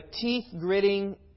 teeth-gritting